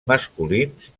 masculins